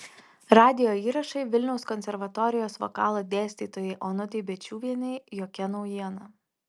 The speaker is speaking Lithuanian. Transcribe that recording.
radijo įrašai vilniaus konservatorijos vokalo dėstytojai onutei bėčiuvienei jokia naujiena